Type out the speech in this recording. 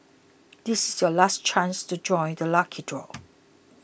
this is your last chance to join the lucky draw